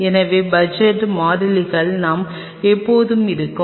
எனவே பட்ஜெட் மாறிலிகள் நாம் எப்போதும் இருப்போம்